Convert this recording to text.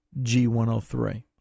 G103